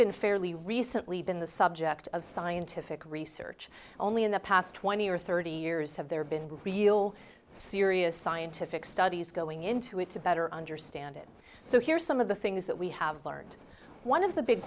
been fairly recently been the subject of scientific research only in the past twenty or thirty years have there been real serious scientific studies going into it to better understand it so here's some of the things that we have learned one of the big